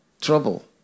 trouble